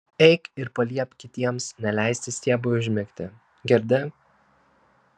eik ir paliepk kitiems neleisti stiebui užmigti girdi